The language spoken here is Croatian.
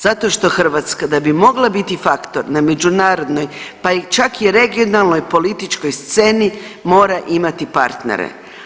Zato što Hrvatska da bi mogla biti faktor na međunarodnoj, pa i čak i regionalnoj političkoj sceni mora imati partnere.